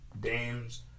Dame's